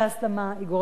שגוררת לאלימות.